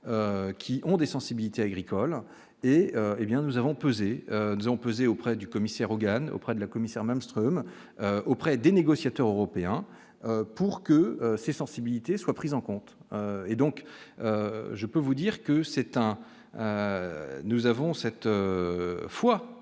qui ont des sensibilités agricole, hé bien nous avons pesé, allons peser auprès du commissaire au GAN auprès de la commissaire même Streum auprès des négociateurs européens pour que ces sensibilités soient prises en compte et donc, je peux vous dire que c'est un nous avons cette fois